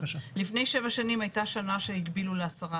לפני שבע שנים הייתה שנה שהגבילו ל-10%,